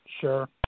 Sure